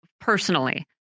personally